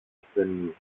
ασθενή